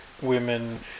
women